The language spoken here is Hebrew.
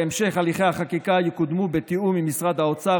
המשך הליכי החקיקה יקודמו בתיאום עם משרדי האוצר,